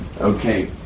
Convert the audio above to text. Okay